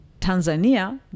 Tanzania